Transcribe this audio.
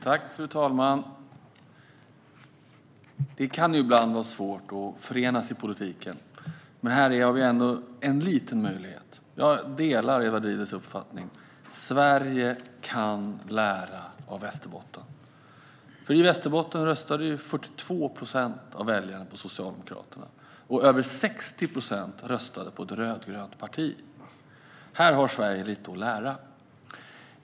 Fru ålderspresident! Det kan ibland vara svårt att förenas i politiken, men här har vi ändå en liten möjlighet. Jag delar Edward Riedls uppfattning att Sverige kan lära av Västerbotten. I Västerbotten röstade nämligen 42 procent av väljarna på Socialdemokraterna, och över 60 procent röstade på ett rött eller grönt parti. Här har Sverige lite att lära.